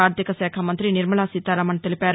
ఆర్థికశాఖమంగ్రతి నిర్మలా సీతారామన్ తెలిపారు